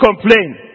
complain